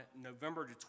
November